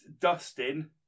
Dustin